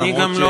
למרות,